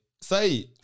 Say